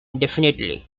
indefinitely